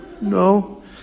No